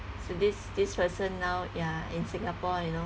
so this this person now ya in singapore you know